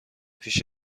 پیش